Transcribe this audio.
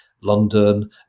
London